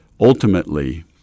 ultimately